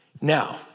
Now